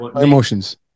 Emotions